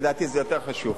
לדעתי זה יותר חשוב.